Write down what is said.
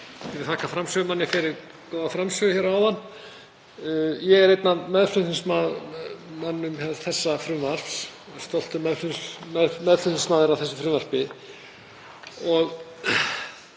Ég er einn af meðflutningsmönnum þessa frumvarps, stoltur meðflutningsmaður á þessu frumvarpi.